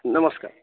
नमस्कार